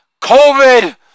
COVID